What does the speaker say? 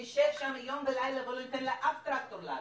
נשב שם יום ולילה ולא ניתן לאף טרקטור לעלות.